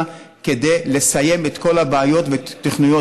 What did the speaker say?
כדי לסיים את כל הבעיות ואת התוכניות,